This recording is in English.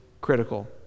critical